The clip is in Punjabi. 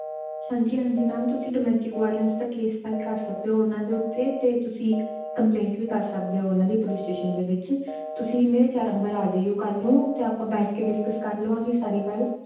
ਹਾਂਜੀ ਹਾਂਜੀ ਮੈਮ ਤੁਸੀਂ ਡੋਮੈਸਟਿਕ ਵੋਏਲੈਂਸ ਦਾ ਕੇਸ ਫਾਈਲ ਕਰ ਸਕਦੇ ਹੋ ਉਹਨਾਂ ਦੇ ਉੱਤੇ ਅਤੇ ਤੁਸੀਂ ਕੰਮਪਲੇਟ ਵੀ ਕਰ ਸਕਦੇ ਹੋ ਉਹਨਾਂ ਦੀ ਪੁਲਿਸ ਸਟੇਸ਼ਨ ਦੇ ਵਿੱਚ ਤੁਸੀਂ ਮੇਰੇ ਚੈਂਬਰ ਆ ਜਿਓ ਕੱਲ੍ਹ ਨੂੰ ਅਤੇ ਆਪਾਂ ਬੈਠ ਕੇ ਡਿਸਕਸ ਕਰ ਲਵਾਂਗੇ ਸਾਰੀ ਗੱਲ